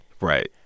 right